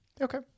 Okay